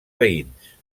veïns